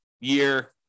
year